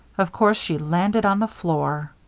of course she landed on the floor.